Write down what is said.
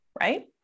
right